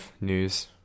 news